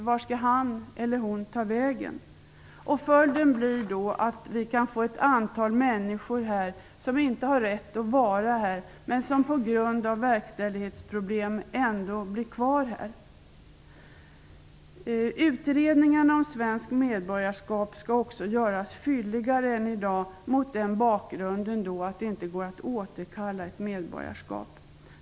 Vart skall han eller hon ta vägen? Följden blir att vi kan få ett antal människor som inte har rätt att vara i Sverige men som på grund av verkställighetsproblem ändå blir kvar här. Utredningarna om svenskt medborgarskap skall också göras fylligare än i dag, mot bakgrund av att det inte går att återkalla ett medborgarskap.